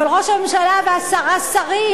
אבל ראש הממשלה והשרים,